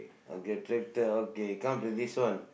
அங்கே:angkee tractor okay come to this one